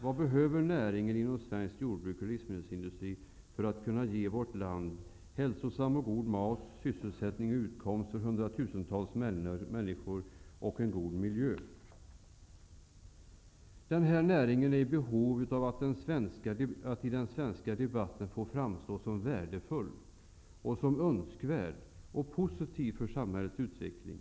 Vad behöver näringen inom svenskt jordbruk och livsmedelsindustri för att kunna ge vårt land hälsosam och god mat, sysselsättning och utkomst för 100 000-tals människor och en god miljö? Den här näringen är i behov av att i den svenska debatten få framstå som värdefull, önskvärd och positiv för samhällets utveckling.